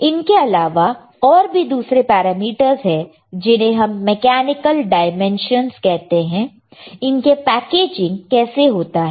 इनके अलावा और भी दूसरे पैरामीटर्स है जिन्हें हम मैकेनिकल डाइमेंशंस कहते हैं इनके पैकेजिंग कैसे होता है